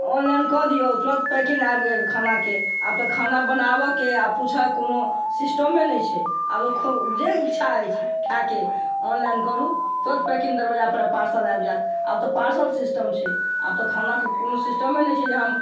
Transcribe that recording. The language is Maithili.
ऑनलाइन कय दियौ तुरत पैकिंग आबि गेल खानाके आब तऽ खाना बनाबऽके आओर पूछऽके कोनो सिस्टमे नहि छै आब ओ जे इच्छा अछि खायके ऑनलाइन करु तुरत पैकिंग दरवाजा पर पार्सल आबि जाइत आब तऽ पार्सल सिस्टम छै आब तऽ खानाके कोनो सिस्टमे नहि छै जे हम